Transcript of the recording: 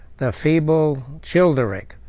the feeble childeric